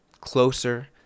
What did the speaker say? closer